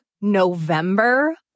November